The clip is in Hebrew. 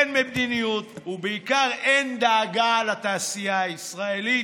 אין מדיניות, ובעיקר אין דאגה לתעשייה הישראלית,